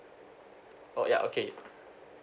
oh ya okay